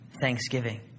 thanksgiving